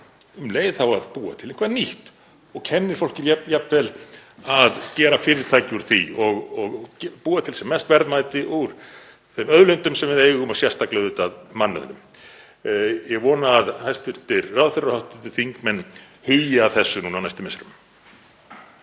um leið að búa til eitthvað nýtt og kenna fólki jafnvel að gera fyrirtæki úr því og búa til sem mest verðmæti úr þeim auðlindum sem við eigum og sérstaklega auðvitað mannauðinum. Ég vona að hæstv. ráðherrar og hv. þingmenn hugi að þessu núna á næstu misserum.